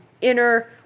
inner